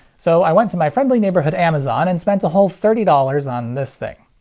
so i went to my friendly neighborhood amazon and spent a whole thirty dollars on this thing.